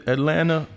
Atlanta